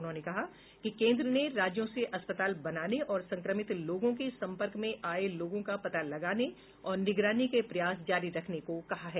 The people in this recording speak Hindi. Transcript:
उन्होंने कहा कि केन्द्र ने राज्यों से अस्पताल बनाने और संक्रमति लोगों के संपर्क में आये लोगों का पता लगाने और निगरानी के प्रयास जारी रखने को कहा है